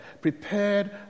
prepared